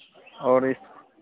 और इस्